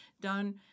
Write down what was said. done